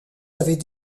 avait